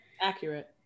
accurate